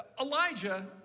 Elijah